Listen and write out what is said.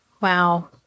Wow